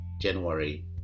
January